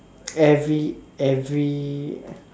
every every